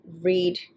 read